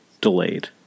delayed